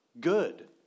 Good